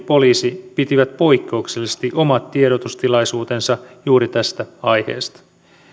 poliisi pitivät poikkeuksellisesti omat tiedotustilaisuutensa juuri tästä aiheesta